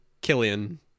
Killian